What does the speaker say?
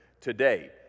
today